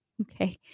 Okay